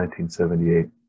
1978